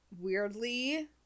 weirdly